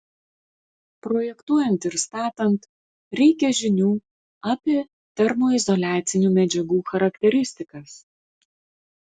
projektuojant ir statant reikia žinių apie termoizoliacinių medžiagų charakteristikas